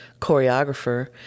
choreographer